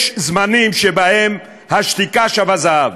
יש זמנים שבהם השתיקה שווה זהב.